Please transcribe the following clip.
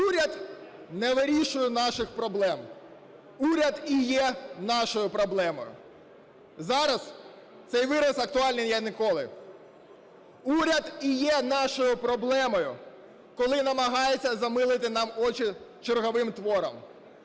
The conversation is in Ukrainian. "Уряд не вирішує наших проблем, уряд і є нашою проблемою". Зараз цей вираз актуальний як ніколи. Уряд і є нашою проблемою, коли намагається замилити нам очі черговим твором.